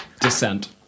descent